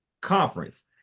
conference